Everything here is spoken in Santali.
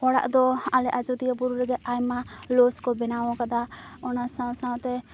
ᱚᱲᱟᱜᱫᱚ ᱟᱞᱮ ᱟᱡᱚᱫᱤᱭᱟᱹ ᱵᱩᱨᱩ ᱨᱮᱜᱮ ᱟᱭᱢᱟ ᱞᱳᱡᱽ ᱠᱚ ᱵᱮᱱᱟᱣ ᱟᱠᱟᱫᱟ ᱚᱱᱟ ᱥᱟᱶ ᱥᱟᱶᱛᱮ